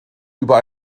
über